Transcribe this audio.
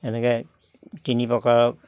এনেকে তিনি প্ৰকাৰৰ